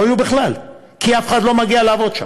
לא יהיו בכלל, כי אף אחד לא מגיע לעבוד שם.